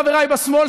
חבריי בשמאל,